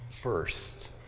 first